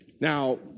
Now